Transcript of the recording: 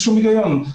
בקי,